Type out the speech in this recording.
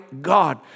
God